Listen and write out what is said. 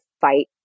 fight